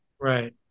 Right